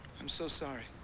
i'm so sorry.